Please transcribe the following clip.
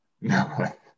No